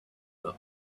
that